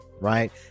right